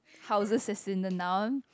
houses assythment